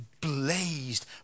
blazed